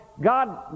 God